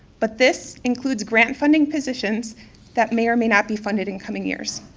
but this includes grant funding positions that may or may not be funded in coming years.